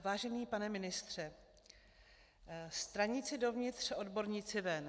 Vážený pane ministře, straníci dovnitř, odborníci ven.